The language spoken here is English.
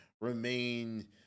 remain